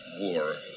war